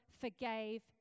forgave